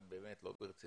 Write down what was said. ועכשיו אני מדבר ברצינות,